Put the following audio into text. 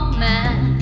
man